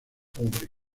pobre